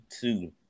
two